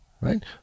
right